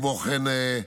כמו כן,